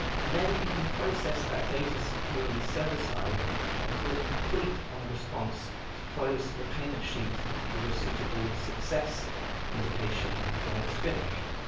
and you can process that data securely server side and call complete on the response to close the payment sheet with a suitable success indication when it's finished.